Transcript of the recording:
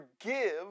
forgive